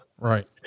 Right